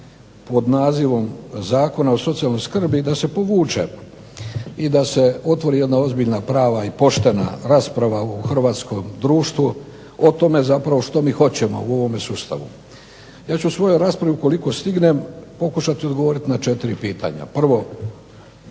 pod nazivom Zakona o socijalnoj skrbi da se povuče i da se otvori jedna ozbiljna, prava i poštena rasprava u hrvatskom društvu o tome zapravo što mi hoćemo u ovome sustavu. Ja ću u svojoj raspravi ukoliko stignem pokušati odgovoriti na četiri pitanja. Prvo,